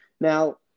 Now